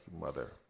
Mother